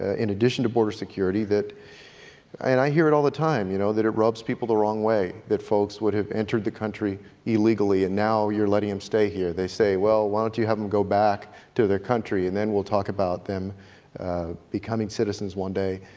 ah in addition to border security, that and i hear it all the time, you know, that it rubs people the wrong way, that folks would have entered the country illegally and now you're letting them stay here. they say, well, why don't you have them go back to their country and then we'll talk about them becoming citizens one day.